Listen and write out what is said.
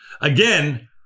again